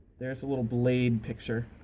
there's a little blade picture.